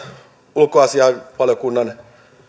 ulkoasiainvaliokunnan